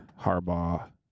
Harbaugh